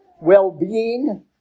well-being